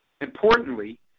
Importantly